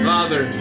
Father